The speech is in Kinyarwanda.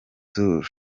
sur